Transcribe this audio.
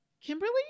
Kimberly